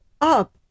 up